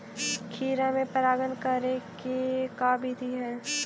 खिरा मे परागण करे के का बिधि है?